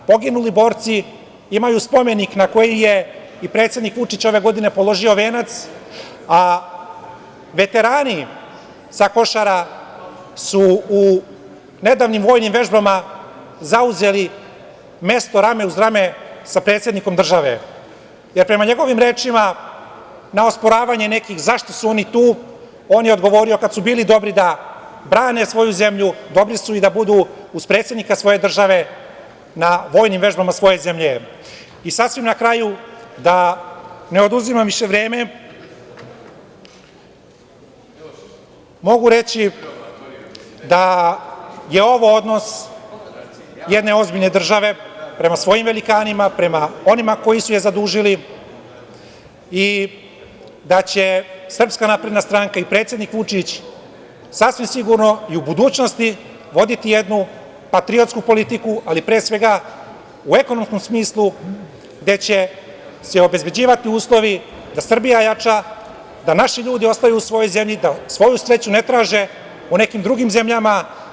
Poginuli borci imaju spomenik na koji je i predsednik Vučić položio venac ove godine, a veterani sa Košara su u nedavnim vojnim vežbama, zauzeli mesto rame uz rame sa predsednikom države, jer prema njegovim rečima, na osporavanje nekih zašto su oni tu, on je odgovorio kada su bili dobri da brane svoju zemlju, dobri su da budu i uz predsednika države na vojnim vežbama svoje zemlje i sasvim na kraju da ne oduzimam više vreme, mogu reći da je ovo odnos jedne ozbiljne države prema svojim velikanima, prema onima koji su je zadužili i da će SNS i predsednik Vučić, sasvim sigurno i u budućnosti, voditi jednu patriotsku politiku, ali pre svega u ekonomskom smislu gde će se obezbeđivati uslovi, da Srbija jača, da naši ljudi ostaju u svojoj zemlji, da svoju sreću ne traže u nekim drugim zemljama.